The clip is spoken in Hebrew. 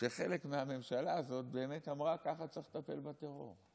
שחלק מהממשלה הזאת באמת אמרה שככה צריך לטפל בטרור,